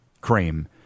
cream